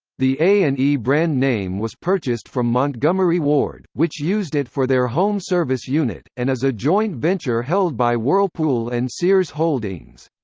the a and e brand name was purchased from montgomery ward, which used it for their home service unit, and is a joint venture held by whirlpool and sears holdings.